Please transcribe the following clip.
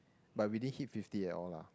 but we didn't hit fifty at all lah